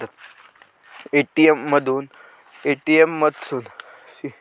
ATM मधसून तुमका card न वापरता फक्त मोबाईल बँकिंग ऍप वापरून पैसे काढूक येतंत